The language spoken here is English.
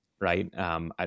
right